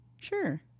Sure